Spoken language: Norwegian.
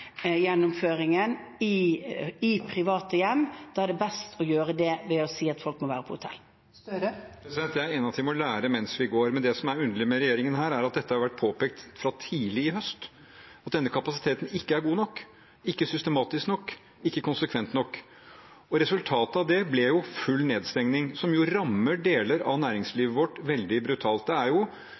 Da er det best å si at folk må være på hotell. Jeg er enig i at vi må lære mens vi går, men det som er underlig med regjeringen her, er at det har vært påpekt fra tidlig i høst at denne kapasiteten ikke er god nok, ikke systematisk nok, ikke konsekvent nok. Resultatet av det ble full nedstenging, som rammer deler av næringslivet vårt veldig brutalt.